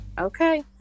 Okay